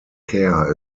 care